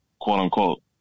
quote-unquote